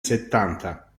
settanta